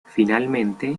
finalmente